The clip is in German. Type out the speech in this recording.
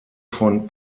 von